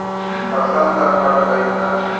फसल तऽ कट गइल बा